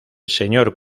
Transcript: señor